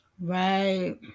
right